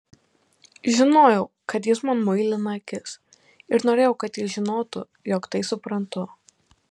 žinojau kad jis man muilina akis ir norėjau kad jis žinotų jog tai suprantu